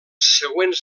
següents